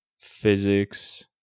Physics